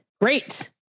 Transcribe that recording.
Great